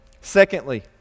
Secondly